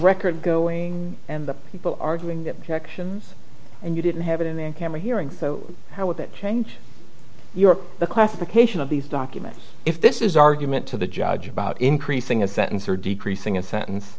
record going and people arguing that sections and you didn't have it in the camera hearing so how would it change your classification of these documents if this is argument to the judge about increasing a sentence or decreasing a sentence